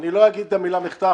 אני לא אגיד את המילה "מחטף",